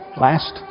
last